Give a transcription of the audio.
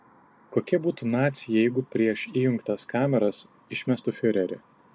kokie būtų naciai jeigu prieš įjungtas kameras išmestų fiurerį